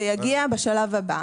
זה יגיע בשלב היום.